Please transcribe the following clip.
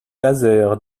laser